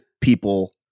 people